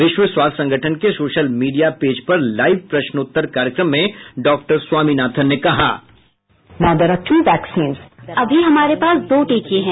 विश्व स्वास्थ्य संगठन के सोशल मीडिया पेज पर लाइव प्रश्नोत्तर कार्यक्रम में डॉ स्वामीनाथन ने कहा साउंड बाईट अमी हमारे पास दो टीके हैं